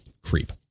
Creep